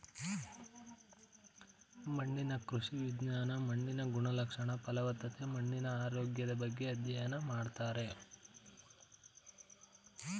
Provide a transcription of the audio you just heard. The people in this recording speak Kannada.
ಮಣ್ಣಿನ ಕೃಷಿ ವಿಜ್ಞಾನ ಮಣ್ಣಿನ ಗುಣಲಕ್ಷಣ, ಫಲವತ್ತತೆ, ಮಣ್ಣಿನ ಆರೋಗ್ಯದ ಬಗ್ಗೆ ಅಧ್ಯಯನ ಮಾಡ್ತಾರೆ